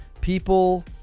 people